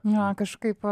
nu jo kažkaip